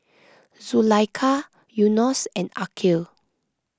Zulaikha Yunos and Aqil